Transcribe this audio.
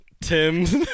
Tim's